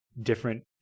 different